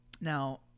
now